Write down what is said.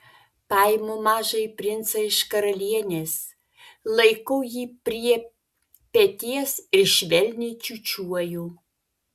paimu mažąjį princą iš karalienės laikau jį prie peties ir švelniai čiūčiuoju